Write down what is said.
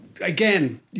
again